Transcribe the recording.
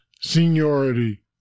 seniority